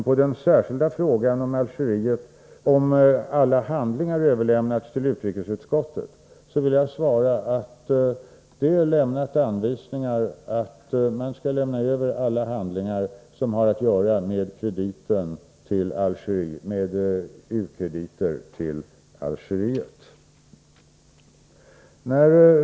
På den särskilda frågan, om alla handlingar om Algeriet överlämnats till utrikesutskottet, vill jag dock svara att det lämnats anvisningar att man skall lämna över alla handlingar som har att göra med u-krediter till Algeriet.